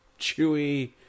Chewie